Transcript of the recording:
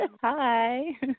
Hi